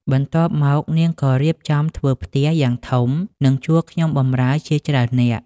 បន្ទាប់មក នាងក៏រៀបចំធ្វើផ្ទះយ៉ាងធំ និងជួលខ្ញុំបម្រើជាច្រើននាក់។